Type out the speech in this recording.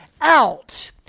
out